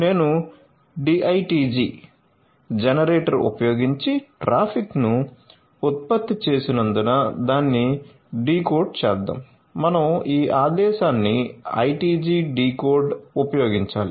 నేను డి ఐటిజి